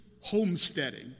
homesteading